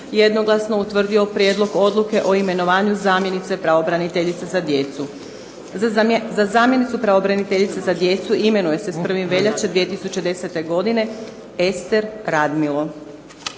jednoglasno je utvrdio Prijedlog odluke o imenovanju zamjenice pravobraniteljice za djecu. Za zamjenicu pravobraniteljice za djecu imenuje se 1. veljače 2010. godine Ester Radmilo.